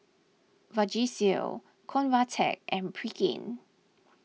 Vagisil Convatec and Pregain